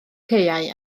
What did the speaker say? caeau